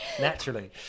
Naturally